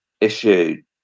issued